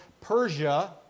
Persia